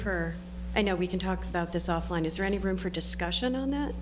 for i know we can talk about this offline is there any room for discussion on that